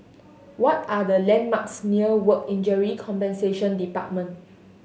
what are the landmarks near Work Injury Compensation Department